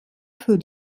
für